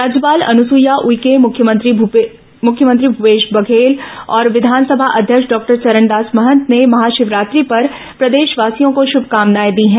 राज्यपाल अनुसूईया उइके मुख्यमंत्री भूपेश बघेल और विधानसभा अध्यक्ष डॉक्टर चरणदास महंत ने महाशिवरात्रि पर प्रदेशवासियों को श्रभकामनाएं दी हैं